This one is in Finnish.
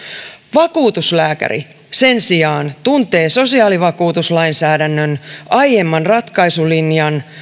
vakuutuslääkäri sen sijaan tuntee sosiaalivakuutuslainsäädännön aiemman ratkaisulinjan